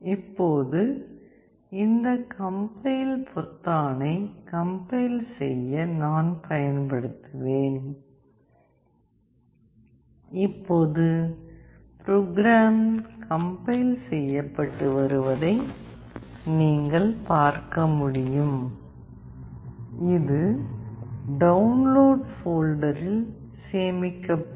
இப்போது இந்த கம்பைல் பொத்தானை கம்பைல் செய்ய நான் பயன்படுத்துவேன் இப்போது ப்ரோக்ராம் கம்பைல் செய்யப்பட்டு வருவதை நீங்கள் பார்க்க முடியும் இது டவுன்லோட் போல்டரில் சேமிக்கப்படும்